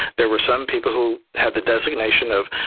there were some people who had the designation of,